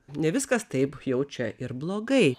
ne viskas taip jau čia ir blogai